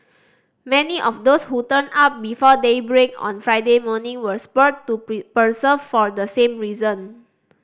many of those who turned up before daybreak on Friday morning were spurred to persevere for the same reason